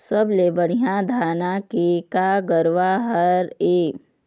सबले बढ़िया धाना के का गरवा हर ये?